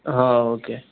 okay